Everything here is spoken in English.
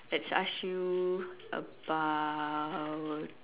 let's ask you about